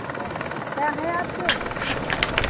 क्या है आपके